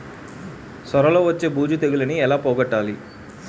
సొర లో వచ్చే బూజు తెగులని ఏల పోగొట్టాలి?